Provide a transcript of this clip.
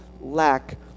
lack